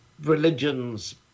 religions